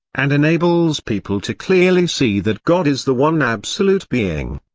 and enables people to clearly see that god is the one absolute being.